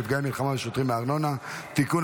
נפגעי מלחמה ושוטרים מארנונה) (תיקון,